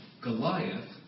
Goliath